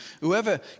Whoever